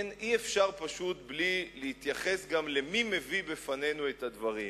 אי-אפשר פשוט בלי להתייחס גם למי שמביא לפנינו את הדברים.